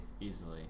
easily